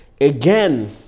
Again